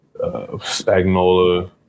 Spagnola